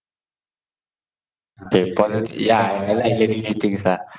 okay posit~ ya I like learning new things lah